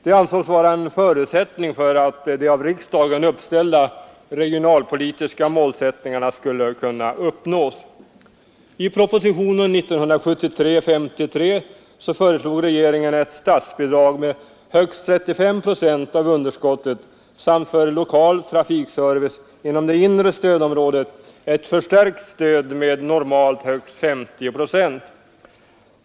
Det ansågs vara en förutsättning för att de av riksdagen uppställda regionalpolitiska målen skulle kunna uppnås. I propositionen 53 år 1973 föreslog regeringen ett statsbidrag med högst 35 procent av underskottet samt för lokal trafikservice inom det inre stödområdet ett förstärkt stöd med normalt högst 50 procent.